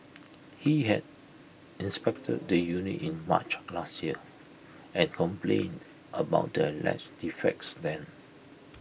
he had inspected the unit in March last year and complained about the alleged defects then